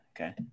Okay